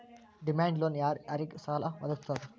Demand loan ಯಾರ್ ಯಾರಿಗ್ ಸಾಲಾ ವದ್ಗಸ್ತದ?